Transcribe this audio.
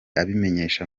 abimenyesha